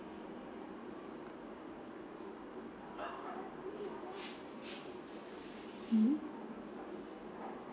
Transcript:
mmhmm